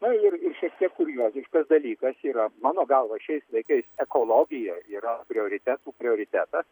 na ir ir šiek tiek kurioziškas dalykas yra mano galva šiais laikais ekologija yra prioritetų prioritetas